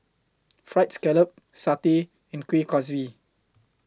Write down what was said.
Fried Scallop Satay and Kuih Kaswi